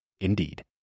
Indeed